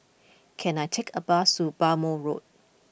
can I take a bus Bhamo Road